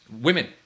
women